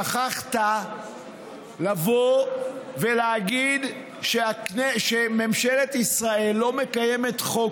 שכחת לבוא ולהגיד שממשלת ישראל לא מקיימת חוק